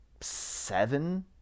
seven